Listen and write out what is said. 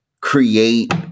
create